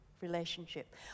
relationship